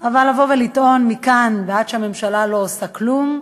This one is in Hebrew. אבל מכאן ועד לבוא ולטעון שהממשלה לא עושה כלום,